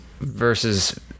versus